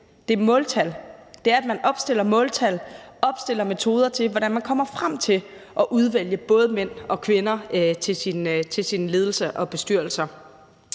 men måltal. Det handler om, at man opstiller måltal og metoder til, hvordan man kommer frem til at udvælge både mænd og kvinder til sin ledelse og bestyrelse.